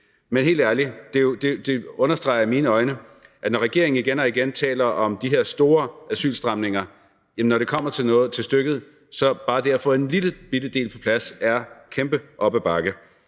Men helt ærligt, det understreger i mine øjne, at når regeringen igen og igen taler om de her store asylstramninger, er bare det – når det kommer til stykket – at få en lillebitte del på plads meget op ad bakke.